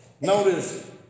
Notice